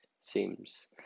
seems